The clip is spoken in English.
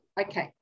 Okay